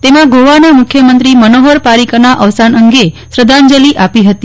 તેમાં ગોવાના મુખ્યમંત્રી મનોહર પારિકરના અવસાન અંગે શ્રદ્ધાંજલિ આપી હતી